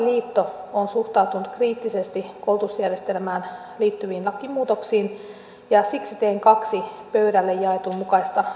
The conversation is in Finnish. tuomariliitto on suhtautunut kriittisesti koulutusjärjestelmään liittyviin lakimuutoksiin ja siksi teen kaksi pöydille jaetun mukaista lausumaehdotusta